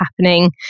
happening